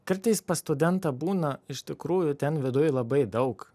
kartais pas studentą būna iš tikrųjų ten viduj labai daug